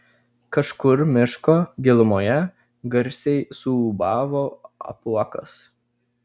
kažkur miško gilumoje garsiai suūbavo apuokas